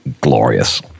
glorious